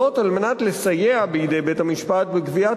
זאת על מנת לסייע בידי בית-המשפט בקביעת